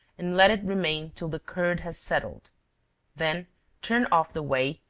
and let it remain till the curd has settled then turn off the whey,